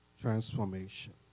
transformation